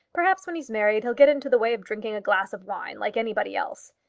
perhaps, when he's married, he'll get into the way of drinking a glass of wine like anybody else.